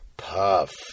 Puff